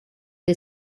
the